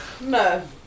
No